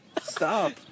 Stop